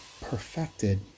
perfected